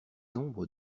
ombres